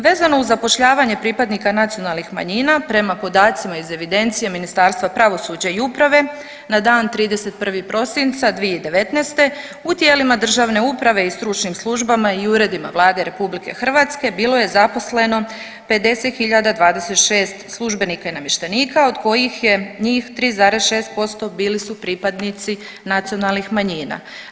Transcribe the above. Vezno uz zapošljavanje pripadnika nacionalnih manjina prema podacima iz evidencije Ministarstva pravosuđa i uprave na dan 31. prosinca 2019. u tijelima državne uprave i stručnim službama i uredima Vlade RH bilo je zaposleno 50.026 službenika i namještenika od kojih je njih 3,6% bili su pripadnici nacionalnih manjina.